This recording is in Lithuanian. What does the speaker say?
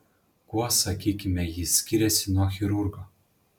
kuo sakykime jis skiriasi nuo chirurgo